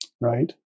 right